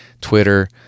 Twitter